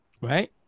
Right